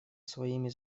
своими